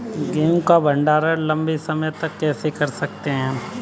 गेहूँ का भण्डारण लंबे समय तक कैसे कर सकते हैं?